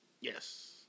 Yes